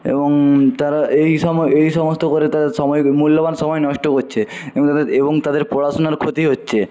এবং তারা এই সময় এই সমস্ত করে তাদের সময় মূল্যবান সময় নষ্ট করছে এবং তাদের এবং তাদের পড়াশুনার ক্ষতি হচ্ছে